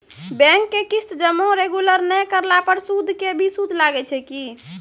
Bank के किस्त जमा रेगुलर नै करला पर सुद के भी सुद लागै छै कि?